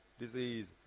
disease